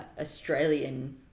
Australian